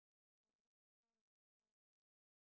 oh this farm is so weird